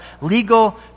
legal